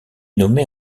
nommée